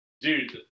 Dude